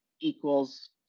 equals